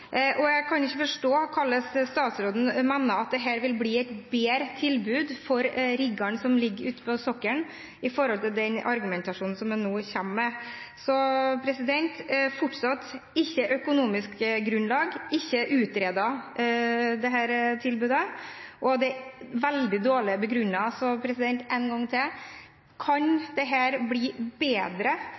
og forebygging tett på. Jeg kan ikke forstå hvordan statsråden – med tanke på den argumentasjonen han nå kommer med – kan mene at dette kan bli et bedre tilbud for riggene som ligger ute på sokkelen. Fortsatt: Det mangler økonomisk grunnlag, tilbudet er ikke utredet, og det er veldig dårlig begrunnet. Så en gang til: Kan dette bli bedre